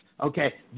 Okay